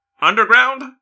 Underground